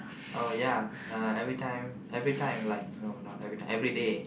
oh yeah uh everytime everytime like no not everytime everyday